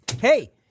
Hey